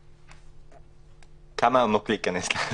כמה עמוק להיכנס?